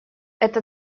это